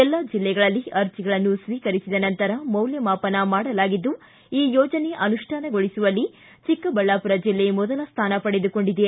ಎಲ್ಲಾ ಜಿಲ್ಲೆಗಳಲ್ಲಿ ಆರ್ಜಿಗಳನ್ನು ಸ್ವೀಕರಿಸಿದ ನಂತರ ಮೌಲ್ಯಮಾಪನ ಮಾಡಲಾಗಿದ್ದು ಈ ಯೋಜನೆ ಅನುಷ್ಠಾನಗೊಳಿಸುವಲ್ಲಿ ಚಿಕ್ಕಬಳ್ಳಾಪುರ ಜಿಲ್ಲೆ ಮೊದಲ ಸ್ಥಾನ ಪಡೆದುಕೊಂಡಿದೆ